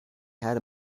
had